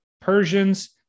Persians